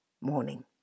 morning